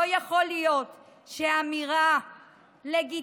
לא יכול להיות שאמירה לגיטימית,